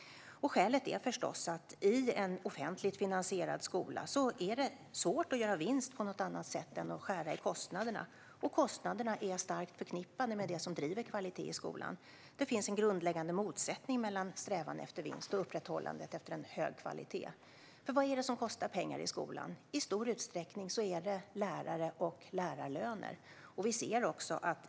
Skälet är förstås att i en offentligt finansierad skola är det svårt att göra vinst på något annat sätt än att skära i kostnaderna. Kostnaderna är starkt förknippade med det som leder till kvalitet i skolan. Det finns en grundläggande motsättning mellan strävan efter vinst och upprätthållandet av en hög kvalitet. Vad är det som kostar pengar i skolan? I stor utsträckning är det lärare och lärarlöner.